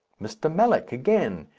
mr. mallock, again,